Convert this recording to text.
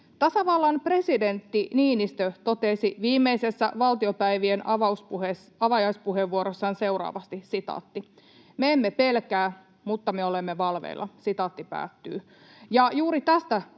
Tasavallan presidentti Niinistö totesi viimeisessä valtiopäivien avajaispuheenvuorossaan seuraavasti: ”Me emme pelkää, mutta me olemme valveilla.” Ja juuri tästä on